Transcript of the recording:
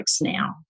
now